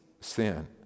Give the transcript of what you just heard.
sin